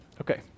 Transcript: okay